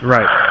Right